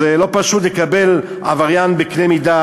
זה לא פשוט לקבל עבריין בקנה מידה